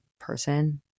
person